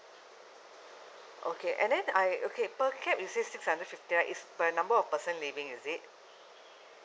okay and then I okay per cap is it sixty hundred and fifty right is per number of person living is it